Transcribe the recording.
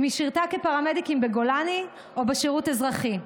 אם היא שירתה כפרמדיקית בגולני או בשירות אזרחי.